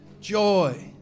joy